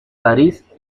parís